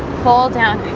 fall down